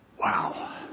Wow